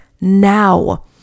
now